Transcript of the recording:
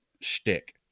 shtick